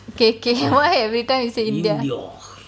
K K why every time you say india